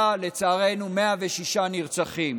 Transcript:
היה, לצערנו, 106 נרצחים.